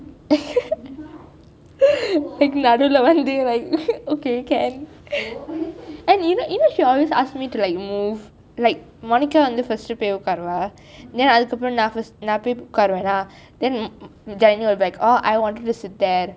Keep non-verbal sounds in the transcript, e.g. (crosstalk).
(laughs) நடுவிலே வந்து:naduvilai vanthu like okay can and you know you know she always ask me to like move like monica வந்து:vanthu first போய் உட்காருவா:poi utkaruva then அதற்கு அப்ரம் நான்:atharku apram naan first நான் போய் உட்காருவேன்:naan poi utkaruven lah then janani will be like I wanted to sit there